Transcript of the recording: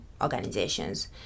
organizations